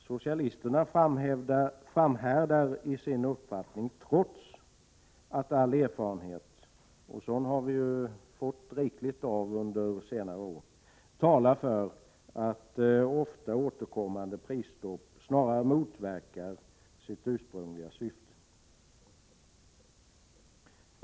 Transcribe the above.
Socialisterna framhärdar i sin uppfattning trots att all erfarenhet — och sådan har vi ju fått rikligt av under senare år — talar för att ofta återkommande prisstopp snarare motverkar sitt ursprungliga syfte.